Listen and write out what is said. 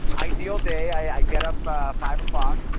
ideal day, i get up five